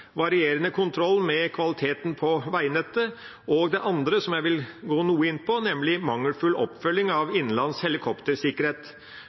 varierende kontroll med kvaliteten på veinettet, og det andre, som jeg vil gå noe inn på, er mangelfull oppfølging av